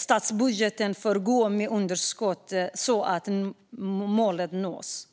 Statsbudgeten får gå med underskott så att målet nås.